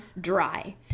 dry